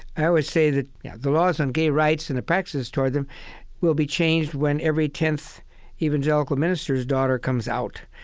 i always say that yeah the laws on gay rights and the practices toward them will be changed when every tenth evangelical minister's daughter comes out.